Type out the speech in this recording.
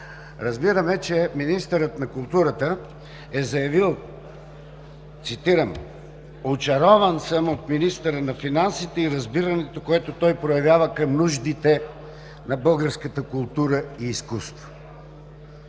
разбираме, че министърът на културата е заявил, цитирам: „очарован съм от министъра на финансите и разбирането, което той проявява към нуждите на българската култура и изкуство.“